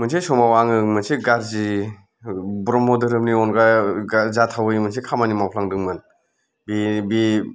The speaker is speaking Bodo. मोनसे समाव आङो मोनसे गाज्रि ब्रह्म धोरोमनि अनगा जाथावै मोनसे खामानि मावफ्लांदोंमोन बे